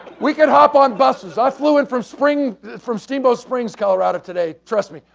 we could hop on buses i flew in from spring from steamboat springs, colorado today trust me,